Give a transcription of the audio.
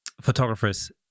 photographers